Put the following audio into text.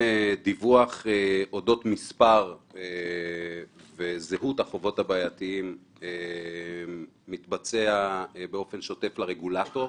דיווח אודות מספר וזהות החובות הבעייתיים מתבצע באופן שוטף לרגולטור.